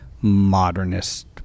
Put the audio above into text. modernist